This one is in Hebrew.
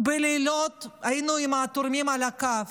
בלילות היינו עם התורמים על הקו,